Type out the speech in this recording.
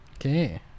Okay